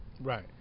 Right